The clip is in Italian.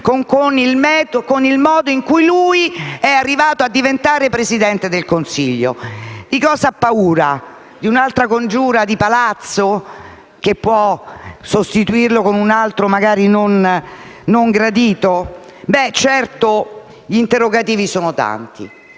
con il modo in cui Renzi è arrivato a diventare Presidente del Consiglio? Forse ha paura di un'altra congiura di Palazzo che può sostituirlo con un altro magari non gradito? Certo, gli interrogativi sono tanti.